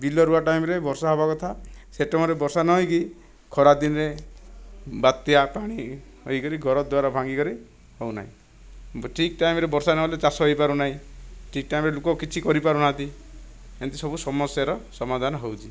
ବିଲ ରୁଆ ଟାଇମ୍ରେ ବର୍ଷା ହେବା କଥା ସେ ଟାଇମ୍ରେ ବର୍ଷା ନହୋଇକି ଖରାଦିନେ ବାତ୍ୟା ପାଣି ହୋଇକରି ଘର ଦ୍ଵାର ଭାଙ୍ଗିକରି ହେଉନାହିଁ ଠିକ୍ ଟାଇମ୍ରେ ବର୍ଷା ନହେଲେ ଚାଷ ହୋଇପାରୁନାହିଁ ଠିକ୍ ଟାଇମ୍ରେ ଲୋକ କିଛି କରିପାରୁନାହାନ୍ତି ଏମତି ସବୁ ସମସ୍ୟାର ସମାଧାନ ହେଉଛି